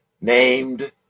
Named